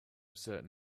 certain